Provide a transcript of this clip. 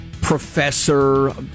professor